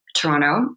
Toronto